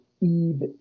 Eve